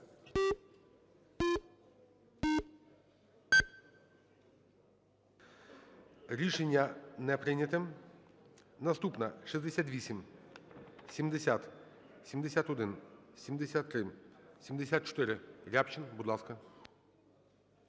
Рішення не прийнято. Наступна – 68, 70, 71, 73. 74, Рябчин, будь ласка.